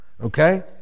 okay